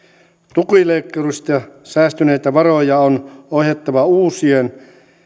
tukileikkurista säästyneitä varoja on ohjattava uusien